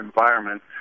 environment